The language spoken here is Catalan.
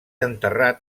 enterrat